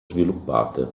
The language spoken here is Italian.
sviluppate